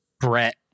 Brett